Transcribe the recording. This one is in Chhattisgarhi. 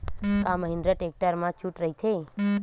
का महिंद्रा टेक्टर मा छुट राइथे?